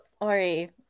Ori